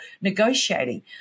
negotiating